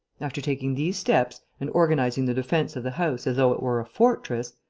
after taking these steps and organizing the defence of the house as though it were a fortress,